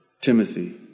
Timothy